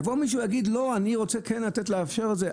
יבוא מישהו ויגיד: לא, אני רוצה לאפשר את זה.